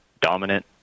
dominant